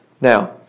Now